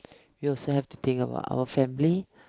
you also have to think about our family